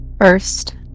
First